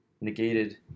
negated